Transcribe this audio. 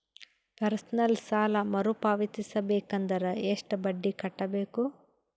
Personal ಸಾಲ ಮರು ಪಾವತಿಸಬೇಕಂದರ ಎಷ್ಟ ಬಡ್ಡಿ ಕಟ್ಟಬೇಕು?